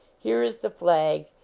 here is the flag,